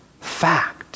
fact